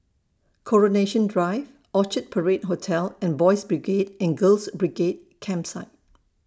Coronation Drive Orchard Parade Hotel and Boys' Brigade and Girls' Brigade Campsite